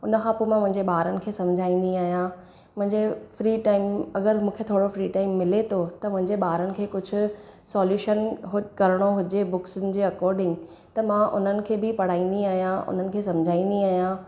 उन खां पोइ मां मुंहिंजे ॿारनि खे सम्झाईंदी आहियां मुंहिंजे फ्री टाइम अगरि मूंखे थोरो फ्री टाइम मिले थो त मुंहिंजे ॿारनि खे कुझु सोल्यूशन उहो करणो हुजे बुकसिन जे अकोर्डिंग त मां उन्हनि खे बि पढ़ाईंदी आहियां उन्हनि खे सम्झाईंदी आहियां